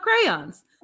crayons